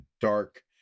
dark